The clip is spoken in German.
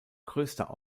größter